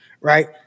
right